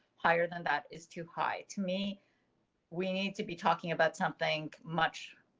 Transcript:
higher than that is too high to me we need to be talking about something much.